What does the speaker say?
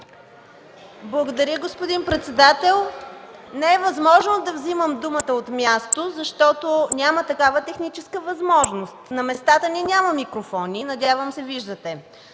Благодаря, господин председател. Не е възможно да взимам думата от място, защото няма такава техническа възможност. На местата ни няма микрофони, надявам се виждате.